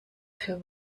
für